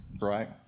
right